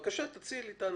בבקשה, תציעי לי את האנשים.